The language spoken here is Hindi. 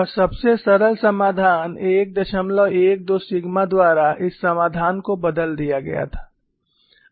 और सबसे सरल समाधान 112 सिग्मा द्वारा इस समाधान को बदल दिया गया था